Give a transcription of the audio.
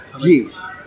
Yes